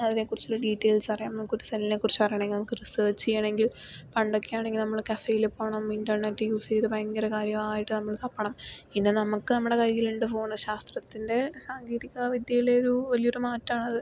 അതിനെക്കുറിച്ചുള്ള ഡീറ്റെയിൽസ് അറിയാൻ നമുക്കൊരു സെല്ലിനെ കുറിച്ചറിയണമെങ്കിൽ നമുക്ക് റിസർച്ചെയ്യണമെങ്കിൽ പണ്ടൊക്കെയാണെങ്കില് നമ്മള് കഫേയില് പോകണം ഇൻറ്റെർനെറ്റ് യൂസെയ്ത് ഭയങ്കര കാര്യമായിട്ട് നമ്മള് തപ്പണം ഇന്ന് നമുക്ക് നമ്മുടെ കയ്യിലിണ്ട് ഫോൺ ശാസ്ത്രത്തിൻ്റെ സാങ്കേതികവിദ്യയിലൊരു വലിയൊരു മാറ്റാണ് അത്